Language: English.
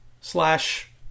slash